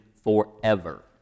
forever